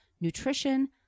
nutrition